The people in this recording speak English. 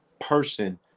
person